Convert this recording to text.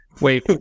Wait